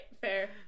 fair